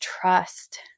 trust